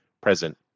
present